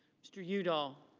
mr. udall.